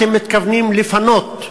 כמה אתם מתכוונים לפנות?